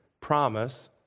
promise